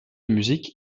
musique